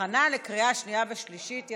להכנה לקריאה שנייה ושלישית.